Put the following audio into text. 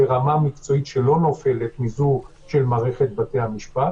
ברמה מקצועית שלא נופלת מזו של מערכת בתי המשפט